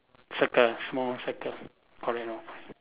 circle small circle